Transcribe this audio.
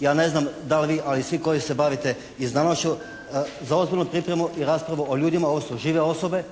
Ja ne znam da li vi, ali svi koji se bavite izdavaštvom za ozbiljnu pripremu i raspravu o ljudima, ovo su žive osobe,